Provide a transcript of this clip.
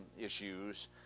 issues